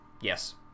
Yes